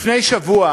לפני שבוע